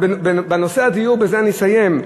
בנושא הדיור, בזה אני אסיים.